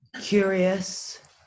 curious